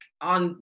on